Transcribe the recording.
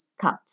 cut